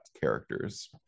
characters